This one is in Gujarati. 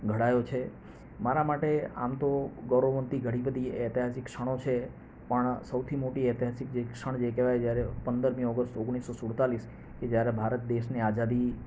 ઘડાયો છે મારા માટે આમ તો ગૌરવવંતી ઘણી બધી ઐતિહાસિક ક્ષણો છે પણ સૌથી મોટી ઐતિહાસિક જે ક્ષણ જે કહેવાય જ્યારે પંદરમી ઓગસ્ટ ઓગણીસો સુડતાલીસ કે જ્યારે ભારત દેશને આઝાદી